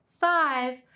five